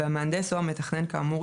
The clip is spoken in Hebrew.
והמהנדס או המתכנן כאמור,